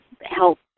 help